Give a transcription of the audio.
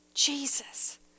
Jesus